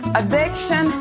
addiction